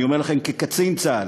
אני אומר לכם כקצין צה"ל,